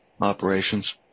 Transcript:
Operations